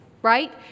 right